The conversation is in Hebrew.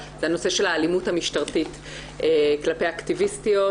זה הנושא של אלימות משטרתית כלפי אקטיביסטיות,